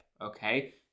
okay